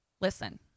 Listen